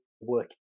work